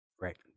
Right